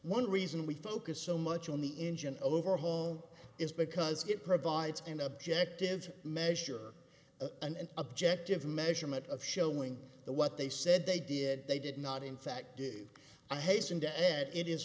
one reason we focused so much on the engine over home is because it provides an objective measure and objective measurement of showing the what they said they did they did not in fact did i hasten to add it is